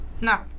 No